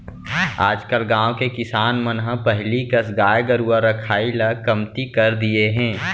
आजकल गाँव के किसान मन ह पहिली कस गाय गरूवा रखाई ल कमती कर दिये हें